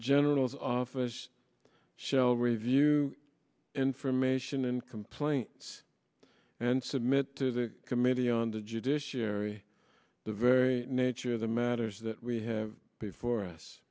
general's office shell review information and complaint and submit to the committee on the judiciary the very nature of the matters that we have before us